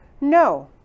no